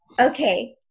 Okay